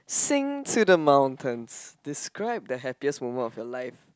sing to the mountains describe the happiest moment of your life